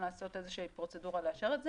לעשות איזושהי פרוצדורה לאשר את זה.